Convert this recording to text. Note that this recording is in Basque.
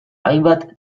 hainbat